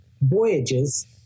voyages